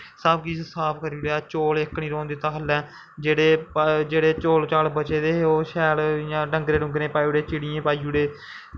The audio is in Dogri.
सब किश साफ करी ओड़ेआ चौल इक नी रौह्न दित्ता थल्लै जेह्ड़े चोल चाल बचे दे हे ओह् डंगरें डुगरें गी पाई ओड़े चिड़ियां चुड़ियें गी पाई ओड़े